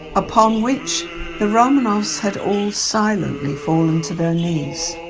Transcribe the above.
upon which the romanovs had all silently fallen to their knees.